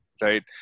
right